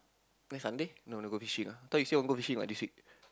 next Sunday no never go fishing ah thought you say want go fishing what this week